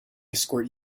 escort